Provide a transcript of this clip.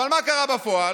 אבל מה קרה בפועל?